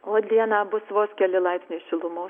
o dieną bus vos keli laipsniai šilumos